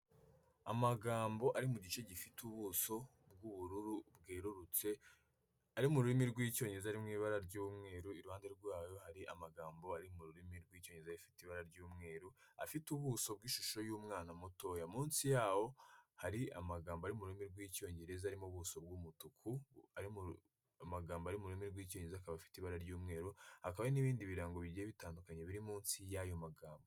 Amagambo ari mu gice gifite ubuso bw'ubururu bwerurutse ari mu rurimi rw'Icyongereza mu ibara ry'umweru. Iruhande rwayo hari amagambo ari mu rurimi rw'Icyongereza ifite ibara ry'umweru afite ubuso bw'ishusho y'umwana mutoya, munsi yawo hari amagambo ari mu rurimi rw'Icyongereza arimo ubuso bw'umutuku, ari mu magambo ari mu rurimi rw'Icyongereza, akaba afite ibara ry'umweru, hakaba n'ibindi birango bigiye bitandukanye biri munsi y'ayo magambo.